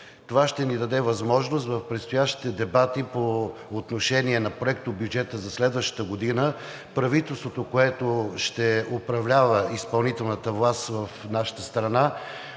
Това ще ни даде възможност в предстоящите дебати по отношение на проектобюджета за следващата година правителството, което ще управлява, изпълнителната власт в нашата страна